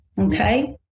Okay